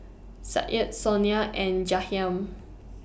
Sadye Sonia and Jahiem